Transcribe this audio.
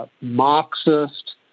Marxist